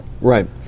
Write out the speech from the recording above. Right